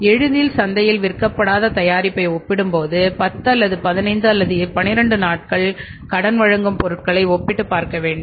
எளிதில் சந்தையில் விற்கப்படாத தயாரிப்பை ஒப்பிடும்போது 10 அல்லது 15 அல்லது 12 நாட்கள் கடன் வழங்கும் பொருட்களை ஒப்பிட்டு பார்க்க வேண்டும்